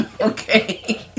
Okay